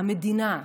המדינה,